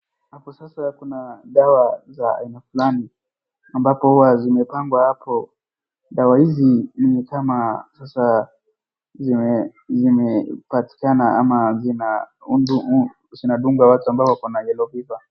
Hapo sasa kuna dawa za aina fulani ambapo huwa zimepangwa hapo. Dawa hizi ni kama sasa zimepatikana ama zinadungwa watu ambao wako na yellow fever .